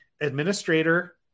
administrator